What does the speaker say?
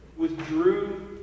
withdrew